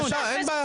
בבקשה, אין בעיה.